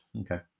Okay